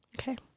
Okay